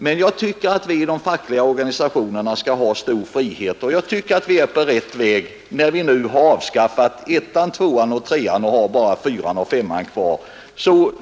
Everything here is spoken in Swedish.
Men jag tycker att vi inom de fackliga organisationerna skall ha stor frihet, och vi är enligt min uppfattning på rätt väg när vi nu avskaffat ortsgrupperna 1, 2 och 3 och bara har ortsgrupperna 4 och 5 kvar.